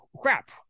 crap